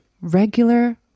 regular